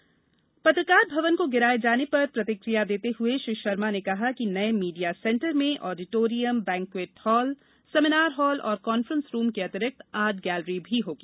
भोपाल स्थित पत्रकार भवन को किराये जाने पर प्रतिकिया देते हुए श्री शर्मा ने कहा कि नये मीडिया सेंटर में auditorium banquet hall seminar hall और कान्फ्रेंस रूम के अतिरिक्त आर्ट गैलरी भी होगी